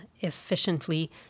efficiently